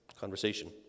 conversation